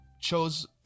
chose